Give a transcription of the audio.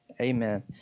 Amen